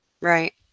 Right